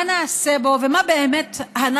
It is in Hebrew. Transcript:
מה נעשה בו ומה באמת אנחנו,